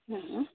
ಹ್ಞೂ ಹ್ಞೂ